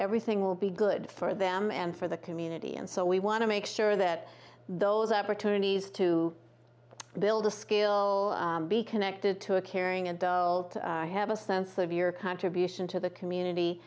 everything will be good for them and for the community and so we want to make sure that those opportunities to build a skill be connected to a caring adult have a sense of your contribution to the community